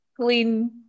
Clean